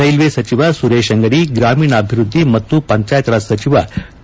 railway ಸಚಿವ ಸುರೇಶ್ ಅಂಗಡಿ ಗ್ರಾಮೀಣಾಭಿವೃದ್ದಿ ಮತ್ತು ಪಂಚಾಯತ್ ರಾಜ್ ಸಚಿವ ಕೆ